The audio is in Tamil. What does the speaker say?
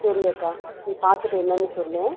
சரி அக்கா நீ பார்த்துட்டு என்னென்னு சொல்லு